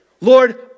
Lord